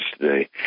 today